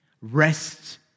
Rest